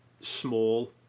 small